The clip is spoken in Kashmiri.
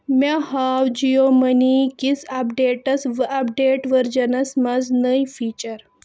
مےٚ ہاو جِیو مٔنی کِس اَپڈیٹس اَپڈیٹ ورجنَس منٛز نٔے فیٖچر